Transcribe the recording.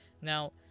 Now